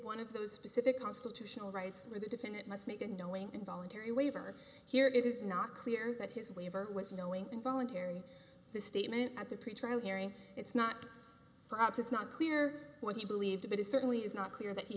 one of those specific constitutional rights where the defendant must make a knowing and voluntary waiver here it is not clear that his waiver was knowing and voluntary the statement at the pretrial hearing it's not perhaps it's not clear what he believed but it certainly is not clear that he